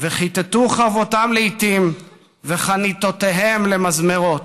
"וכִתתו חרבותם לאִתים וחניתותיהם למזמרות